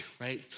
right